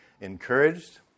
encouraged